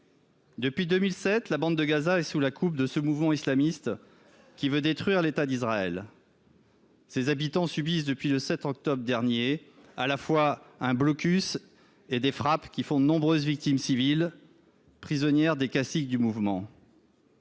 Depuis 2007, la bande de Gaza est sous la coupe de ce mouvement islamiste qui veut détruire l’État d’Israël. Ses habitants subissent depuis le 7 octobre dernier, à la fois un blocus et des frappes qui font de nombreuses victimes civiles prisonnières des caciques du mouvement.